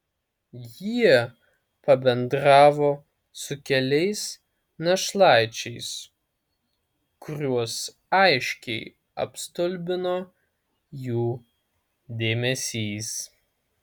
jie pabendravo su keliais našlaičiais kuriuos aiškiai apstulbino jų dėmesys